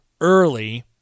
early